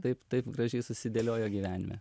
taip taip gražiai susidėliojo gyvenime